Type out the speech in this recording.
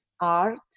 art